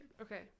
Okay